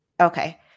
Okay